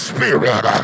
Spirit